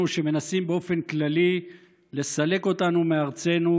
שמנסים באופן כללי לסלק אותנו מארצנו,